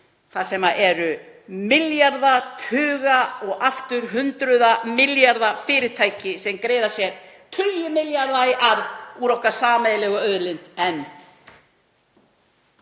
þar sem eru milljarða tuga og aftur hundruð milljarða fyrirtæki sem greiða sér tugi milljarða í arð úr okkar sameiginlegu auðlind. En